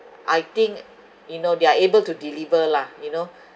I think you know they are able to deliver lah you know